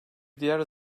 diğer